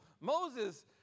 Moses